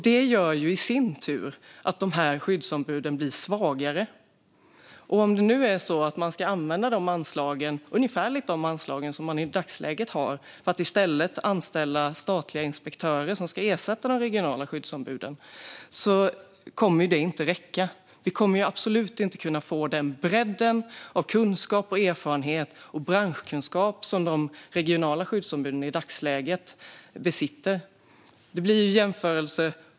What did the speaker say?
Det gör ju i sin tur att dessa skyddsombud blir svagare. Om det nu är så att man ska använda ungefär de anslag som man i dagsläget har för att i stället anställa statliga inspektörer som ska ersätta de regionala skyddsombuden kommer det inte att räcka. Vi kommer absolut inte att kunna få den bredd av kunskap och erfarenhet och branschkunskap som de regionala skyddsombuden i dagsläget besitter.